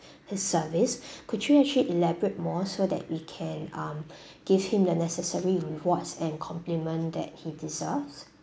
his service could you actually elaborate more so that we can um give him the necessary rewards and compliment that he deserves